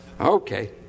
Okay